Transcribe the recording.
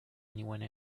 anyone